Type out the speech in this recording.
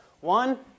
One